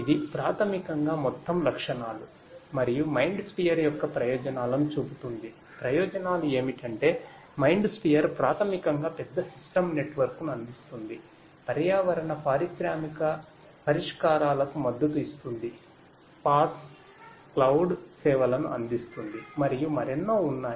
ఇది ప్రాథమికంగా మొత్తం లక్షణాలు మరియు మైండ్స్పియర్ సేవలను అందిస్తుంది మరియు మరెన్నో ఉన్నాయి